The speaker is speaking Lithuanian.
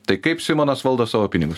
tai kaip simonas valdo savo pinigus